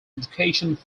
education